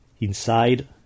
Inside